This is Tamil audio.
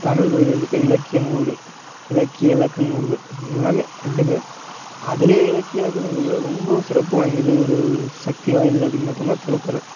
தமிழ்மொழி வந்துட்டு இலக்கிய நூல்கள் இலக்கிய இலக்கண நூல்கள் எல்லாமே ரெண்டுமே அதிலே இலக்கிய இலக்கண நூல்களில் ரொம்ப சிறப்பு வாய்ந்தது ஒரு சக்தி வாய்ந்தது அப்படின்னு பார்த்தோம்னா திருக்குறள்